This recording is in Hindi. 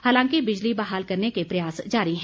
हालांकि बिजली बहाल करने के प्रयास जारी है